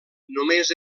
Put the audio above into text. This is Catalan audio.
només